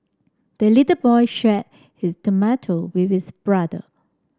the little boy shared his tomato with his brother